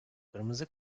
kırmızı